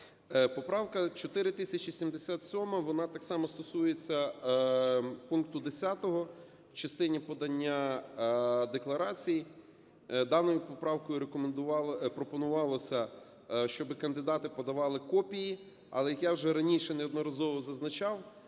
Поправка 4077, вона так само стосується пункту 10 в частині подання декларацій. Даною поправкою пропонувалося, щоб кандидати подавали копії. Але я вже раніше неодноразово зазначав: